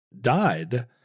died